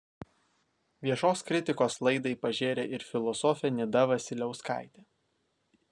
viešos kritikos laidai pažėrė ir filosofė nida vasiliauskaitė